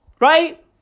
Right